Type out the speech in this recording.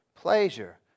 pleasure